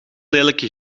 lelijke